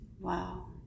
wow